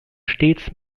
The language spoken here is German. stets